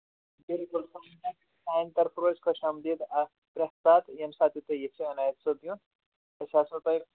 بِلکُل سانہِ طرفہٕ روزِ خۄش آمدیٖد اتھ پرٛٮ۪تھ ساتہٕ ییٚمہِ ساتہٕ تہِ تُہۍ ییٚژھِو عنایت صٲب یُن أسۍ آسو تۄہہِ